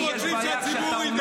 אנחנו רוצים שהציבור ידע.